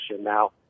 Now